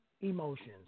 emotions